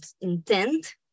intent